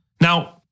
Now